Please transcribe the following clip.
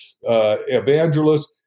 evangelists